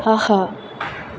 ஆஹா